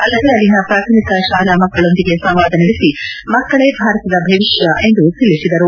ಅಲ್ಲದೆ ಅಲ್ಲಿನ ಪ್ರಾಥಮಿಕ ಶಾಲೆಯ ಮಕ್ಕಳೊಂದಿಗೆ ಸಂವಾದ ನಡೆಸಿ ಮಕ್ಕಳೇ ಭಾರತದ ಭವಿಷ್ಣ ಎಂದು ತಿಳಿಸಿದರು